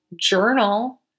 journal